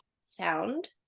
sound